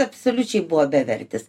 absoliučiai buvo bevertis